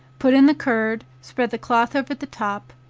put in the curd, spread the cloth over the top,